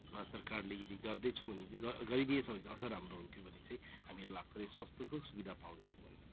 सरकारले यदि गर्दैछौँ भने चाहिँ ग गरिदिएछ भने चाहिँ अझ राम्रो हुन्थ्यो भन्ने चाहिँ हामीलाई लाग्छ यो स्वास्थ्यको सुविधा पाउनु छ भने